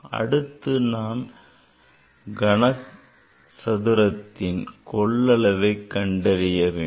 அடுத்து நான் கனசதுரத்தின் கொள்ளளவை கண்டறியலாம்